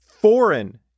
Foreign